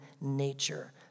nature